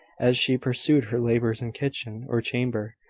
as she pursued her labours in kitchen or chamber,